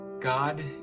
God